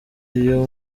uyu